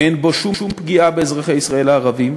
אין בו שום פגיעה באזרחי ישראל הערבים,